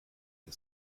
and